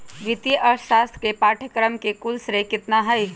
वित्तीय अर्थशास्त्र के पाठ्यक्रम के कुल श्रेय कितना हई?